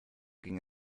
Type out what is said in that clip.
ging